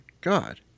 god